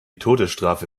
todesstrafe